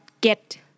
get